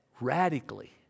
radically